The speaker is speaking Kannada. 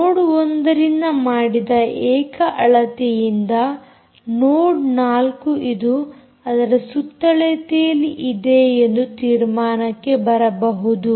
ನೋಡ್ 1 ರಿಂದ ಮಾಡಿದ ಏಕ ಅಳತೆಯಿಂದ ನೋಡ್ 4 ಇದು ಅದರ ಸುತ್ತಳತೆಯಲ್ಲಿ ಇದೆ ಎಂದು ತೀರ್ಮಾನಕ್ಕೆ ಬರಬಹುದು